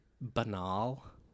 banal